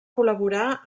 col·laborar